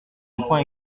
point